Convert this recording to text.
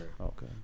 Okay